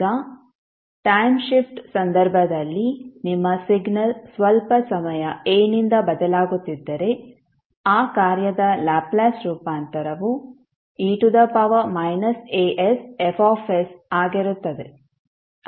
ಈಗ time shift ಸಂದರ್ಭದಲ್ಲಿ ನಿಮ್ಮ ಸಿಗ್ನಲ್ ಸ್ವಲ್ಪ ಸಮಯ a ನಿಂದ ಬದಲಾಗುತ್ತಿದ್ದರೆ ಆ ಕಾರ್ಯದ ಲ್ಯಾಪ್ಲೇಸ್ ರೂಪಾಂತರವು e asF ಆಗಿರುತ್ತದೆ